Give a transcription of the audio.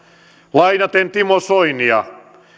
lainaten timo soinia